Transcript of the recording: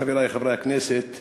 חברי חברי הכנסת,